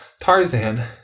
Tarzan